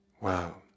Wow